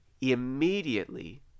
immediately